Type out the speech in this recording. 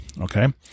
Okay